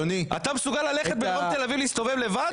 אתה מסוגל להסתובב לבד בדרום תל אביב?